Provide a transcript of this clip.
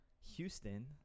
Houston